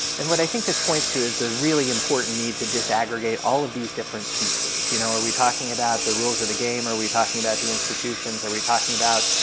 and what i think this points to is the really important need to disaggregate all of these different pieces you know are we talking about the rules of the game are we talking about the institutions are we talking about